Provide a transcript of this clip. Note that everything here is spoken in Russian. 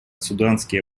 суданские